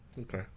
Okay